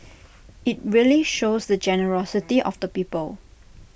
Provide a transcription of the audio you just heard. IT really shows the generosity of the people